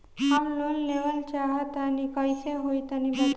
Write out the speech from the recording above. हम लोन लेवल चाहऽ तनि कइसे होई तनि बताई?